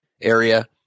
area